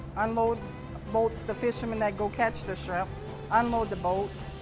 unload the boats, the fisherman that go catch the shrimp unload the boats.